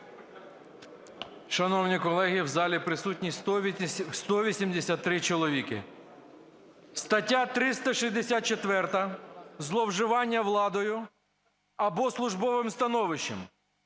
Шановні колеги, в залі присутні 183 чоловіки, стаття 364 "Зловживання владою або службовим становищем".